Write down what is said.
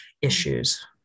issues